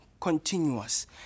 continuous